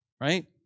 Right